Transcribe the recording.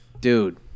Dude